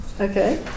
Okay